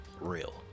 real